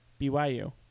BYU